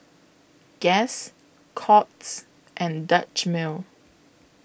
Guess Courts and Dutch Mill